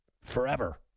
forever